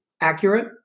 accurate